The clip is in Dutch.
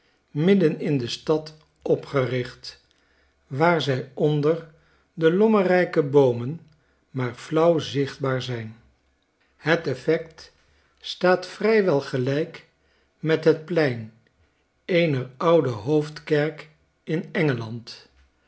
midden in de stad opgericht waar zij onder de lommerrijke boomen maar flauw zichtbaar zijn het effect staat vrij wel gelijk met het plein eener oude hoofdkerk inengeland